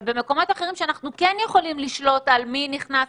אבל במקומות אחרים שאנחנו כן יכולים לשלוט מי נכנס,